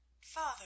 father